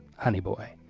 honey boy.